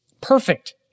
Perfect